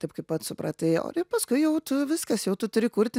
taip kaip pats supratai o ir paskui jau tu viskas jau tu turi kurti